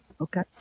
Okay